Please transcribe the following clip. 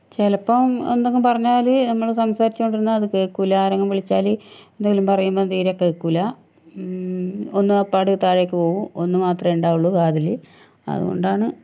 ചിലപ്പം എന്തെങ്കിലും പറഞ്ഞാല് നമ്മള് സംസാരിച്ചോണ്ടിരിക്കുന്ന അത് കേൾക്കില്ല ആരെങ്കിലും വിളിച്ചാല് എന്തേലും പറയുമ്പോൾ തീരെ കേൾക്കില്ല ഒന്ന് അപ്പാട് താഴേക്ക് പോകും ഒന്നുമാത്രേ ഉണ്ടാവുളളു കാതില് അതുകൊണ്ടാണ്